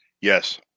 Yes